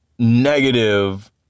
Negative